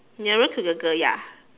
nearer to the girl ya